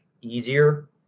easier